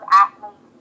athletes